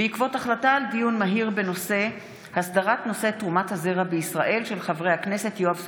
בעקבות דיון מהיר בהצעתם של חברי הכנסת יואב סגלוביץ'